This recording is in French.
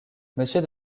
monsieur